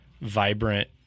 vibrant